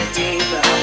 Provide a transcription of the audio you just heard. deeper